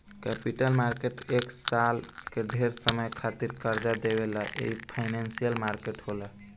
capital market एक साल से ढेर समय खातिर कर्जा देवे वाला फाइनेंशियल मार्केट होला